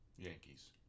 Yankees